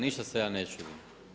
Ništa se ja ne čudim.